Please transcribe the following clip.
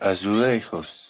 Azulejos